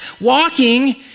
walking